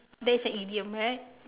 that's an idiom right